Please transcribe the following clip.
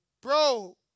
bro